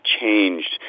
changed